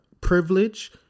privilege